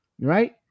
Right